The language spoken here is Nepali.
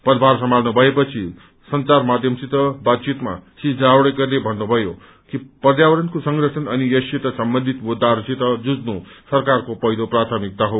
पदभार सम्हाल्नु भएपछि संचार माध्यमसित बातचितमा श्री जावडेकरले भन्नुभयो कि पर्यावरणको संरक्षण अनि यससित सम्बन्धित मुद्दाहरूसित जुझ्नु सरकारको पहिलो प्राथमिकता हो